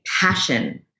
passion